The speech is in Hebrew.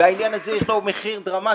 ולעניין הזה יש לו מחיר דרמטי,